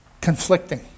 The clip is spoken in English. conflicting